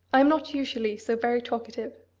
i am not usually so very talkative.